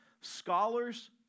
scholars